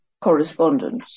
correspondence